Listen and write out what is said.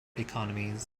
economies